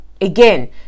again